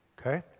Okay